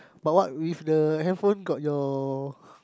but what if the handphone got your